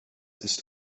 ist